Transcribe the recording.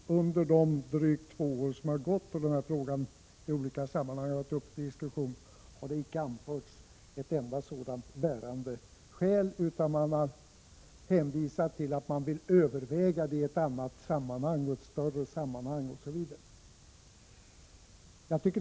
Under de drygt två år som frågan diskuterats i olika sammanhang har det hittills inte anförts ett enda bärande skäl, utan man har bara hänvisat till att man vill överväga frågan i ett annat och större sammanhang osv.